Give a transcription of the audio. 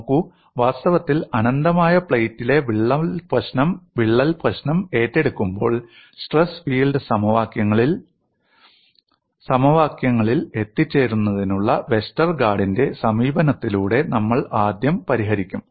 നോക്കു വാസ്തവത്തിൽ അനന്തമായ പ്ലേറ്റിലെ വിള്ളൽ പ്രശ്നം ഏറ്റെടുക്കുമ്പോൾ സ്ട്രെസ് ഫീൽഡ് സമവാക്യങ്ങളിൽ എത്തിച്ചേരുന്നതിനുള്ള വെസ്റ്റർഗാർഡിന്റെ സമീപനത്തിലൂടെ നമ്മൾ ആദ്യം പരിഹരിക്കും